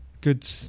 Good